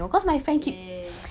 ya ya ya